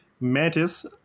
Mantis